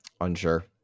Unsure